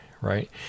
right